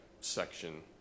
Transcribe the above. section